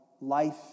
life